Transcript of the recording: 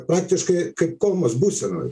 praktiškai kaip komos būsenoj